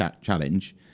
challenge